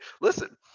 listen